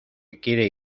quiere